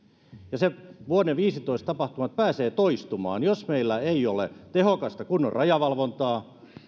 ja vuoden viisitoista tapahtumat pääsevät toistumaan jos meillä ei ole tehokasta kunnon rajavalvontaa